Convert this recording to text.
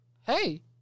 Hey